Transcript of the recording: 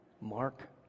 Mark